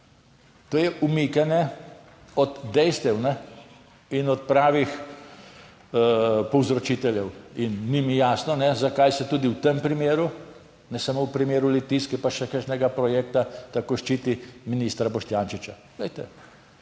To je umikanje od dejstev in od pravih povzročiteljev. In ni mi jasno, zakaj se tudi v tem primeru, ne samo v primeru Litijske pa še kakšnega projekta, tako ščiti ministra Boštjančiča.